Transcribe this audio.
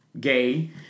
gay